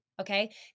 okay